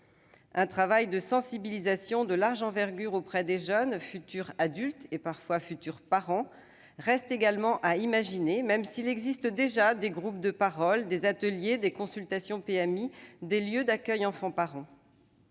Un travail de sensibilisation de large envergure auprès des jeunes, futurs adultes et parfois futurs parents, reste également à imaginer, même s'il existe déjà des groupes de parole, des ateliers, des consultations aux centres